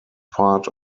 part